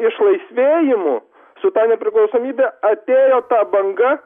išlaisvėjimu su ta nepriklausomybe atėjo ta banga